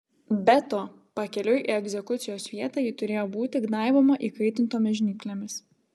be to pakeliui į egzekucijos vietą ji turėjo būti gnaiboma įkaitintomis žnyplėmis